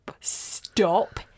stop